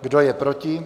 Kdo je proti?